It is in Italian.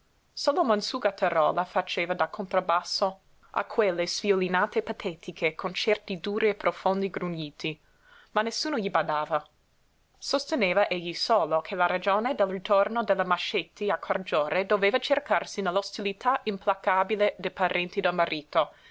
marito solo mons grattarola faceva da contrabbasso a quelle sviolinate patetiche con certi duri e profondi grugniti ma nessuno gli badava sosteneva egli solo che la ragione del ritorno della mascetti a cargiore doveva cercarsi nell'ostilità implacabile dei parenti del marito